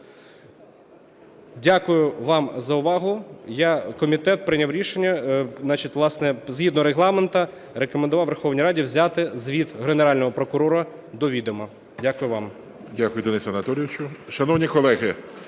Дякую вам за увагу. Комітет прийняв рішення, власне, згідно Регламенту – рекомендував Верховній Раді взяти звіт Генерального прокурора до відома. Дякую вам.